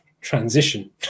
transition